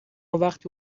وقتی